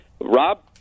Rob